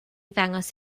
ddangos